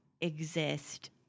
exist